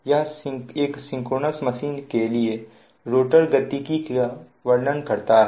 यह एक synchronous machine के लिए रोटर गतिकी का वर्णन करता है